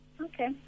Okay